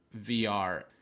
VR